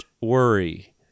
worry